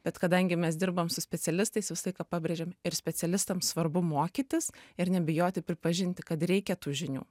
bet kadangi mes dirbam su specialistais visą laiką pabrėžiam ir specialistam svarbu mokytis ir nebijoti pripažinti kad reikia tų žinių